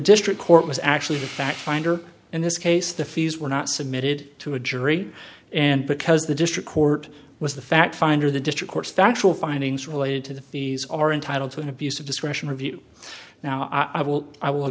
district court was actually the fact finder in this case the fees were not submitted to a jury and because the district court was the fact finder the district court factual findings related to the fees are entitled to an abuse of discretion review now i will i will